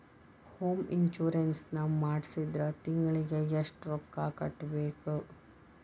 Home insurance ನ ಮಾಡ್ಸಿದ್ರ ತಿಂಗ್ಳಿಗೆ ಎಷ್ಟ್ ರೊಕ್ಕಾ ಕಟ್ಬೇಕ್?